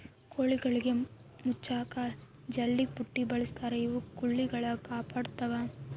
ಕೋಳಿಗುಳ್ನ ಮುಚ್ಚಕ ಜಲ್ಲೆಪುಟ್ಟಿ ಬಳಸ್ತಾರ ಇವು ಕೊಳಿಗುಳ್ನ ಕಾಪಾಡತ್ವ